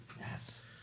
Yes